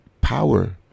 power